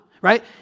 right